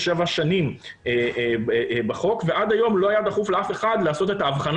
שנים בחוק ועד היום לא היה דחוף לאף אחד לעשות את ההבחנה